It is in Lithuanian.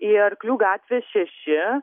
į arklių gatvę šeši